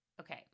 Okay